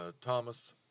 Thomas